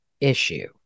issue